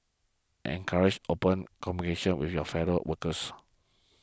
encourage open with your fellow workers